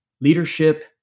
leadership